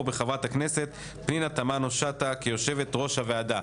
בחברת הכנסת פנינה תמנו שטה כיושבת-ראש הוועדה.